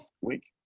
week